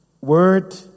word